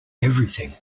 everything